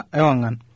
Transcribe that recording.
ewangan